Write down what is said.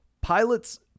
Pilots